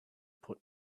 put